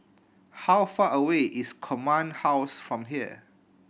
how far away is Command House from here